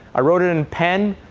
i wrote it in pen.